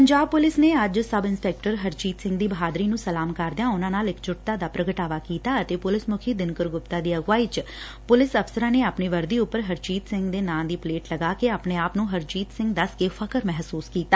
Punjab police ਨੇ ਅੱਜ sub inspector Harjeet Singh ਦੀ ਬਹਾਦਰੀ ਨੰ ਸਲਾਮ ਕਰਦਿਆਂ ਉਨਾਂ ਨਾਲ ਇਕਚੁੱਟਤਾ ਦਾ ਪ੍ਰਗਟਾਵਾ ਕੀਤਾ ਅਤੇ ਪੁਲਿਸ ਮੁਖੀ ਦਿਨਕਰ ਗੁਪਤਾ ਦੀ ਅਗਵਾਈ ਚ ਪੁਲਿਸ ਅਫਸਰਾ ਨੇ ਆਪਣੀ ਵਰਦੀ ਉਪਰ ਹਰਜੀਤ ਸਿੰਘ ਦੇ ਨਾਂ ਦੀ ਪਲੇਟ ਲਗਾ ਕੇ ਆਪਣੇ ਆਪ ਨੂੰ ਹਰਜੀਤ ਸਿੰਘ ਦੱਸ ਕੇ ਫਖ਼ਰ ਮਹਿਸੁਸ ਕੀਤਾ